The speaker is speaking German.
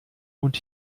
und